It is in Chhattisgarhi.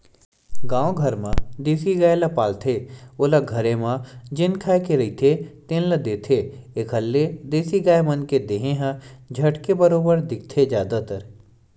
गाँव घर म देसी गाय ल पालथे ओला घरे म जेन खाए के रहिथे तेने ल देथे, एखर ले देसी गाय मन के देहे ह झटके बरोबर दिखथे जादातर